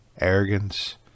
arrogance